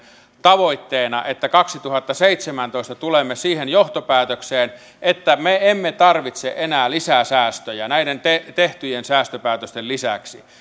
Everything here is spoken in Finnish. tavoitteena että kaksituhattaseitsemäntoista tulemme siihen johtopäätökseen että me emme tarvitse enää lisää säästöjä näiden tehtyjen säästöpäätösten lisäksi